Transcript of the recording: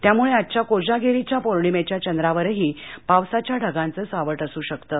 त्यामुळे आजच्या कोजागरीच्या पौर्णिमेच्या चंद्रावरही पावसाच्या ढगांच सावट असू शकतं